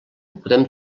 podem